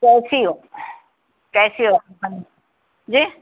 کیسی ہو کیسی ہو جی